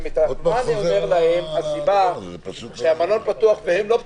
מה הסיבה שהמלון פתוח והם לא פתוחים?